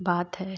बात है